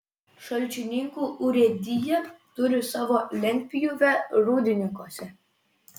šalčininkų urėdija turi savo lentpjūvę rūdininkuose